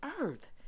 earth